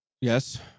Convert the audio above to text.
Yes